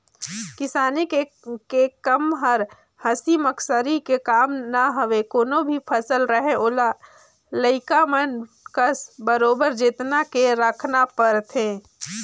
किसानी के कम हर हंसी मसकरी के काम न हवे कोनो भी फसल रहें ओला लइका मन कस बरोबर जेतना के राखना परथे